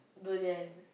durian